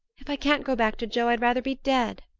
if i can't go back to joe i'd rather be dead.